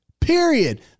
period